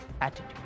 attitude